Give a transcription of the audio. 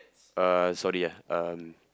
uh sorry ah um